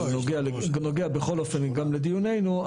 אבל נוגע בכל אופן גם אם לדיוננו,